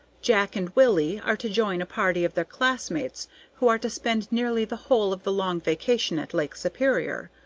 jack and willy are to join a party of their classmates who are to spend nearly the whole of the long vacation at lake superior.